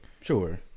Sure